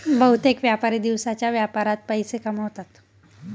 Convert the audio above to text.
बहुतेक व्यापारी दिवसाच्या व्यापारात पैसे गमावतात